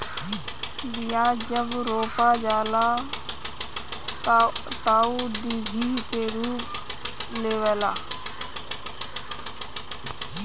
बिया जब रोपा जाला तअ ऊ डिभि के रूप लेवेला